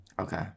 Okay